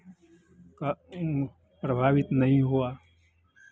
का प्रभावित नहीं हुआ